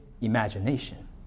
imagination